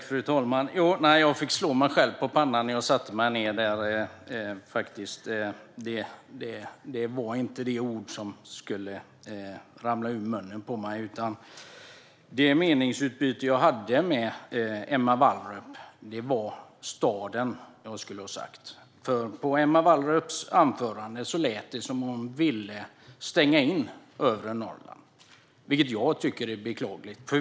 Fru talman! Nej, jag fick faktiskt slå mig själv på pannan när jag satte mig ned. Det var inte det ord som skulle ramla ur munnen på mig. I det meningsutbyte jag hade med Emma Wallrup skulle jag ha sagt: staden. I Emma Wallrups anförande lät det nämligen som om hon ville stänga in övre Norrland, vilket jag tycker är beklagligt.